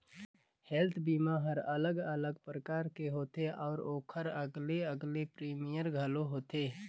health बीमा हर अलग अलग परकार के होथे अउ ओखर अलगे अलगे प्रीमियम घलो होथे